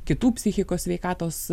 kitų psichikos sveikatos